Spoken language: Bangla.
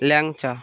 ল্যাংচা